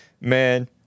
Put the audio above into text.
Man